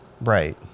Right